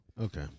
Okay